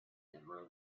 never